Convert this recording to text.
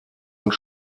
und